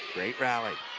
great rally